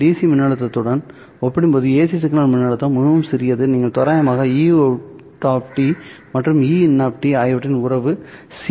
C மின்னழுத்தத்துடன் ஒப்பிடும்போது AC signal மின்னழுத்தம் மிகவும் சிறியது நீங்கள் தோராயமாக Eout மற்றும் Ein ஆகியவற்றின் உறவு c